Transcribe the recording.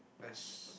as